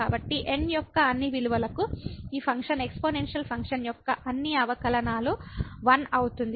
కాబట్టి n యొక్క అన్ని విలువలకు ఈ ఫంక్షన్ ఎక్స్పోనెన్షియల్ ఫంక్షన్ యొక్క అన్ని అవకలనాలు 1 అవుతుంది